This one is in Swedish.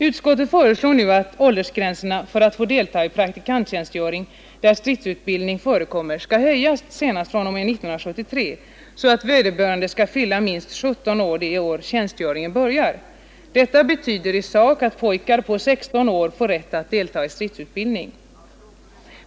Utskottet föreslår nu att åldersgränsen för att få delta i praktikanttjänstgöring där stridsutbildning förekommer skall höjas senast fr.o.m. 1973, så att vederbörande skall fylla minst 17 år det år tjänstgöringen börjar. Detta betyder i sak att pojkar på 16 år får rätt att delta i stridsutbildning.